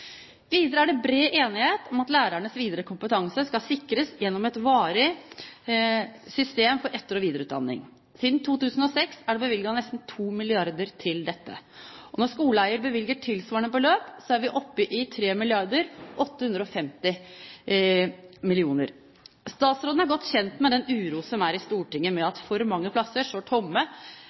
Videre er det bred enighet om at lærernes videre kompetanse skal sikres gjennom et varig system for etter- og videreutdanning. Siden 2006 er det bevilget nesten 2 mrd. kr til dette. Når skoleeier bevilger tilsvarende beløp, er vi oppe i 3,85 mrd. kr. Statsråden er godt kjent med den uro som er i Stortinget over at for mange plasser står tomme